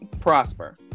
prosper